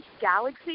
Galaxy